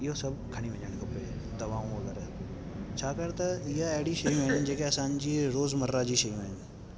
इहो सभु खणी वञणु खपे दवाऊं वग़ैरह छाकाणि त इहे अहिड़ी शयूं आहिनि जेके असांजी रोज़मर्रा जी शयूं आहिनि